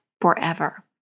forever